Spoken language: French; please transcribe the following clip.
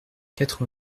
quatre